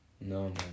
no